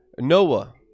noah